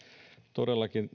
todellakin